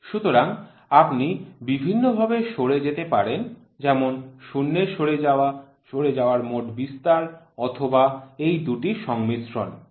সুতরাং আপনি বিভিন্নভাবে সরে যেতে পারেন যেমন শূন্যের সরে যাওয়া সরে যাওয়ার মোট বিস্তার অথবা এই দুটির সংমিশ্রণ